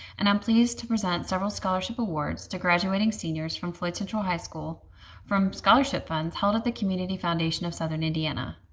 and i'm pleased to present several scholarship awards to graduating seniors from floyd central high school from scholarship funds held at the community foundation of southern indiana.